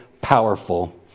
powerful